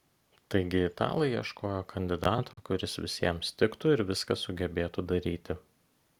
taigi italai ieškojo kandidato kuris visiems tiktų ir viską sugebėtų daryti